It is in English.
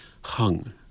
hung